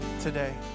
today